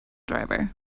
driver